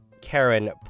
Karen